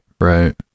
Right